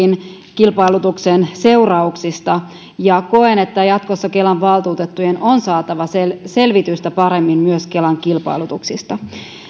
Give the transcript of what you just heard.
kilpailutuksen seurauksista koen että jatkossa kelan valtuutettujen on saatava selvitystä paremmin myös kelan kilpailutuksista